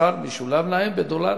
השכר משולם להם בדולרים.